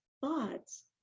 thoughts